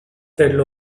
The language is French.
tel